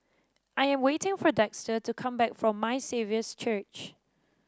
I am waiting for Dexter to come back from My Saviour's Church